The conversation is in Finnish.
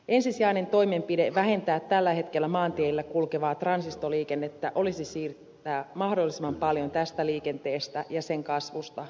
ensisijainen toimenpide vähentää tällä hetkellä maanteillä kulkevaa transitoliikennettä olisi siirtää mahdollisimman paljon tästä liikenteestä ja sen kasvusta rautateille